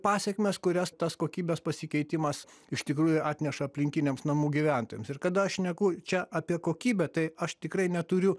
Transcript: pasekmes kurias tas kokybės pasikeitimas iš tikrųjų atneša aplinkiniams namų gyventojams ir kada aš šneku čia apie kokybę tai aš tikrai neturiu